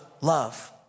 love